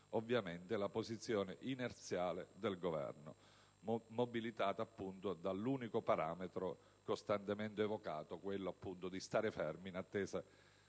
ovviamente, la posizione inerziale del Governo, mobilitata dall'unico parametro costantemente evocato, quello di stare fermi in attesa